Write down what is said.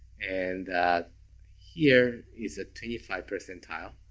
and here is ah twenty five percentile.